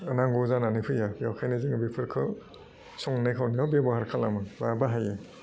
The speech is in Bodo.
नागौ जानानै फैयो बेवखायनो जोङो बेफोरखौ संनाय खावनायाव बेब'हार खालामो बा बाहाइयो